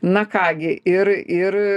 na ką gi ir ir